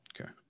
Okay